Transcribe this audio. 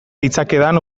ditzakedan